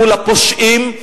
מול הפושעים,